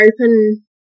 open